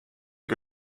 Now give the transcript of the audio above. que